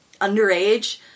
underage